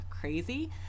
Crazy